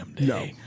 No